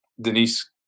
Denise